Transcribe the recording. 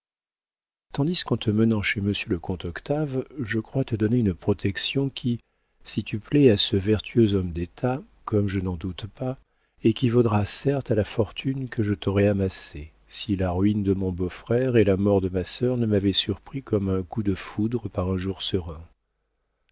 tandis qu'en te menant chez monsieur le comte octave je crois te donner une protection qui si tu plais à ce vertueux homme d'état comme je n'en doute pas équivaudra certes à la fortune que je t'aurais amassée si la ruine de mon beau-frère et la mort de ma sœur ne m'avaient surpris comme un coup de foudre par un jour serein